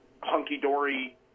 hunky-dory